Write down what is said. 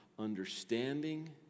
understanding